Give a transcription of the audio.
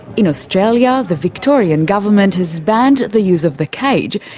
in australia, the victorian government has banned the use of the cage,